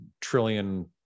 trillion